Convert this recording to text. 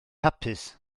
hapus